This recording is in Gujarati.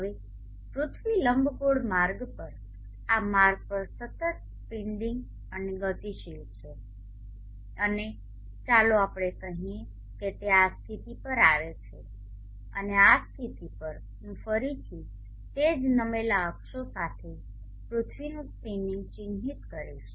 હવે પૃથ્વી લંબગોળ માર્ગ પર આ માર્ગ પર સતત સ્પિન્ડિંગ અને ગતિશીલ છે અને ચાલો આપણે કહીએ કે તે આ સ્થિતિ પર આવે છે અને આ સ્થિતિ પર હું ફરીથી તે જ નમેલા અક્ષો સાથે પૃથ્વીનું સ્પિનિંગ ચિહ્નિત કરીશ